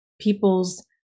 people's